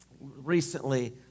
recently